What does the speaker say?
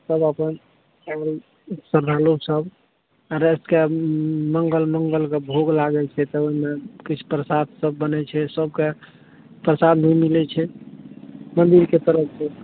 सब अपन लोकसब रातिके मंगल मंगलके भोग लागै छै तऽ ओहिमे किछु प्रसाद सब बनै छै सबके प्रसाद भी मिलै छै मंदिरके तरफ से